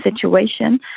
situation